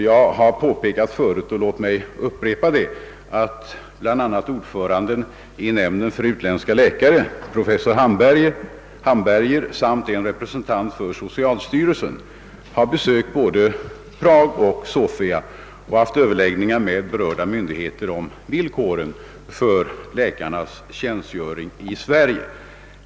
Jag har tidigare påpekat — låt mig upprepa det nu — att bl.a. ordföranden i nämnden för utländska läkare, professor Hamberger, samt en representant för socialstyrelsen har besökt både Prag och Sofia och haft överläggningar med berörda myndigheter om villkoren för läkarnas tjänstgöring i Sverige.